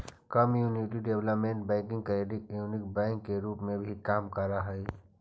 community development bank credit union bank के रूप में भी काम करऽ हइ